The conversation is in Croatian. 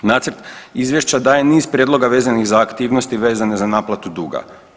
Nacrt Izvješća daje niz prijedloga vezanih za aktivnosti vezane za naplatu duga.